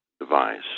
device